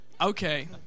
Okay